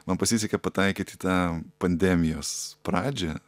man pasisekė pataikyt į tą pandemijos pradžią